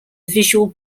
visual